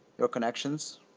your connections